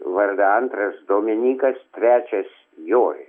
vardą antras dominykas trečias joris